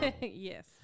Yes